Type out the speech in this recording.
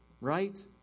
right